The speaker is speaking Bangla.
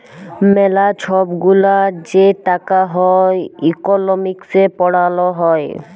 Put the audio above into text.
ম্যালা ছব গুলা যে টাকা হ্যয় ইকলমিক্সে পড়াল হ্যয়